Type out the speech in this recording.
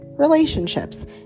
relationships